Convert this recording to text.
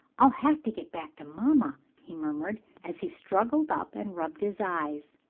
i'll have to get back to mamma! he murmured, as he struggled up and rubbed his eyes.